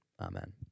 amen